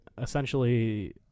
essentially